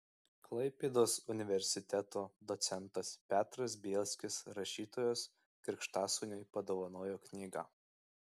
klaipėdos universiteto docentas petras bielskis rašytojos krikštasūniui padovanojo knygą